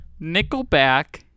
nickelback